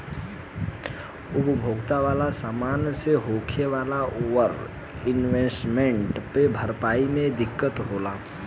उपभोग वाला समान मे होखे वाला ओवर इन्वेस्टमेंट के भरपाई मे दिक्कत होला